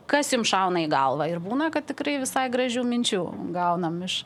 kas jums šauna į galvą ir būna kad tikrai visai gražių minčių gaunam iš